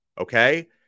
okay